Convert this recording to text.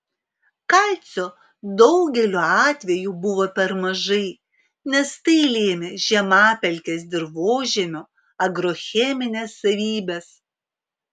kalcio daugeliu atvejų buvo per mažai nes tai lėmė žemapelkės dirvožemio agrocheminės savybės